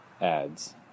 ads